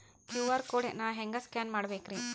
QR code ನಾ ಹೆಂಗ scan ಮಾಡಬೇಕ್ರಿ?